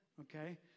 okay